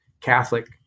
Catholic